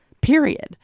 period